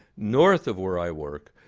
north of where i work,